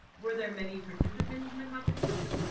were there many participants in the competition